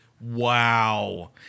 Wow